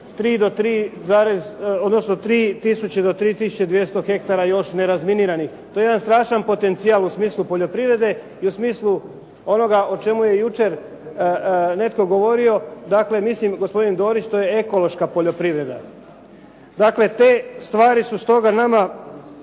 tisuće do 3200 hektara još nerazminiranih. To je jedan strašan potencijal u smislu poljoprivrede i u smislu onoga o čemu je jučer netko govorio. Dakle, mislim, gospodin Dorić to je ekološka poljoprivreda. Dakle, te stvari su stoga nama